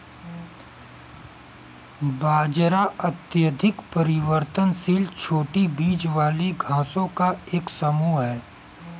बाजरा अत्यधिक परिवर्तनशील छोटी बीज वाली घासों का एक समूह है